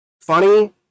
funny